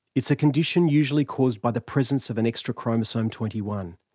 it's a condition usually caused by the presence of an extra chromosome twenty one.